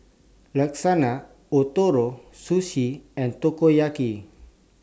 Lasagne Ootoro Sushi and Takoyaki